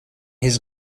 his